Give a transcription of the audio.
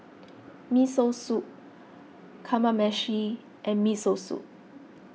Miso Soup Kamameshi and Miso Soup